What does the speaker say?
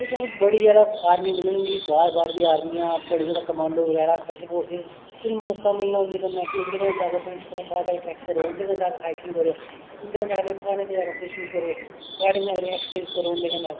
तुसेंगी बड़ी ज्यादा आर्मी मिलन गी बाहर बाहर दी आर्मी बड़ी ज्यादा कमांडो बगैरा स्पेशल फोर्सिस तुसे गी मौका मिलना उंदे कन्नै केह् होंदा कि दे क्नने जा के बाहर ट्रैक करो उंदे कन्ने जा के बाहर ट्रैकिंग करो उंदे कन्नै जाके प्हाडे पर अपरेशन करो प्हाडे़ं उप्पर जाइयै एक्सेस करो उंदे कन्नै